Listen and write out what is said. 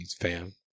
fam